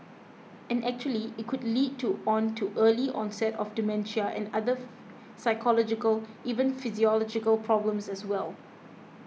and actually it could lead to on to early onset of dementia and other psychological even physiological problems as well